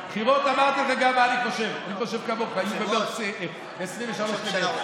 אמרתי גם מה אני חושב, אני חושב כמוך, 23 במרץ.